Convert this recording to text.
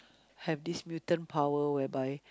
have this mutant power whereby